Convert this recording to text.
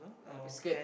a biscuit